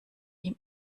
ihm